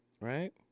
right